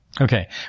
Okay